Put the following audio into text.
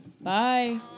Bye